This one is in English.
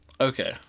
Okay